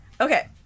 Okay